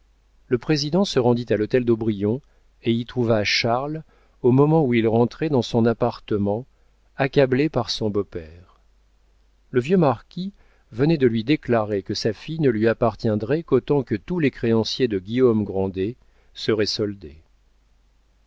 le président se rendit à l'hôtel d'aubrion et y trouva charles au moment où il rentrait dans son appartement accablé par son beau-père le vieux marquis venait de lui déclarer que sa fille ne lui appartiendrait qu'autant que tous les créanciers de guillaume grandet seraient soldés